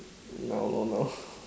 no no no